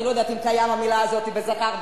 אני לא יודעת אם קיימת המלה הזאת בעברית בזכר,